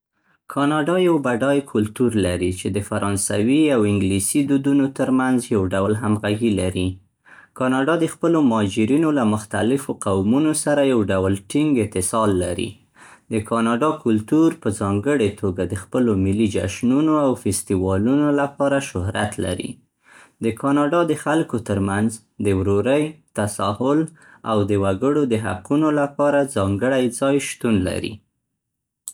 کاناډا یو بډای کلتور لري چې د فرانسوي او انګلیسي دودونو ترمنځ یو ډول همغږي لري. کاناډا د خپلو مهاجرینو له مختلفو قومونو سره یو ډول ټینګ اتصال لري. د کاناډا کلتور په ځانګړې توګه د خپلو ملي جشنونو او فستیوالونو لپاره شهرت لري. د کاناډا د خلکو ترمنځ د ورورۍ، تساهل او د وګړو د حقونو لپاره ځانګړی ځای شتون لري.